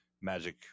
magic